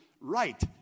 right